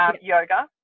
yoga